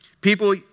People